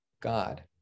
God